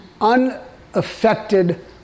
unaffected